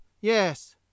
Yes